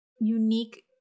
unique